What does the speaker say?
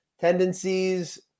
tendencies